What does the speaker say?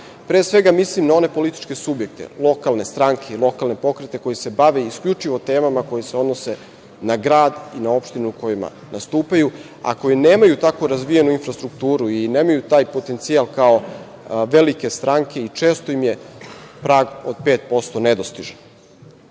Pre svega mislim na one političke subjekte, lokalne stranke i lokalne pokrete koji se bave isključivo temama koje se odnose na grad i na opštinu u kojima nastupaju, a koji nemaju tako razvijenu infrastrukturu i nemaju taj potencijal kao velike stranke i često im je prag od 5% nedostižan. Ne